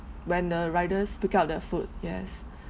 when the riders pick up the food yes